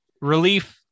relief